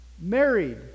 married